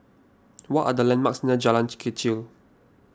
what are the landmarks near Jalan Kechil